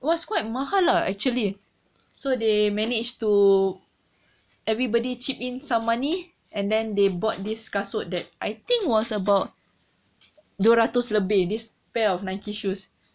was quite mahal lah actually so they managed to everybody chip in some money and then they bought this kasut that I think was about dua ratus lebih this pair of nike shoes